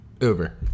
Uber